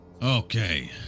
Okay